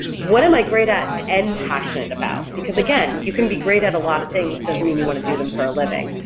what am i great at and passionate about? because again, you can be great at a lot of things doesn't mean you want to do them for a living.